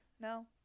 no